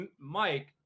Mike